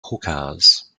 hookahs